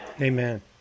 Amen